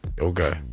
Okay